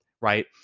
Right